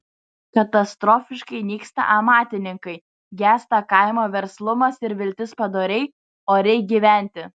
katastrofiškai nyksta amatininkai gęsta kaimo verslumas ir viltis padoriai oriai gyventi